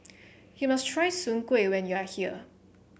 you must try Soon Kueh when you are here